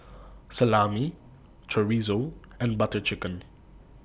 Salami Chorizo and Butter Chicken